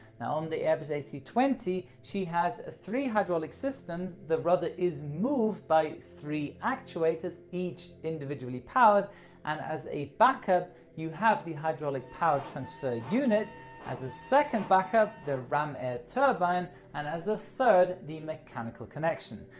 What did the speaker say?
now, on the airbus a three two zero she has a three hydraulic system. the rudder is moved by three actuators each individually powered and as a backup you have the hydraulic power transfer unit as a second backup the ram air turbine and as a third the mechanical connection.